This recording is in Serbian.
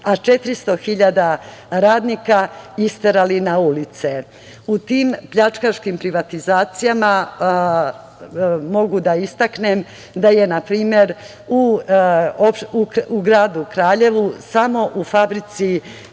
a 400.000 radnika isterali na ulice.U tim pljačkaškim privatizacijama, mogu da istaknem da je, na primer, u gradu Kraljevu samo u fabrici